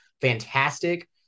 Fantastic